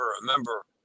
remember